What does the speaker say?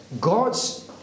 God's